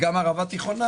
- וגם ערבה תיכונה,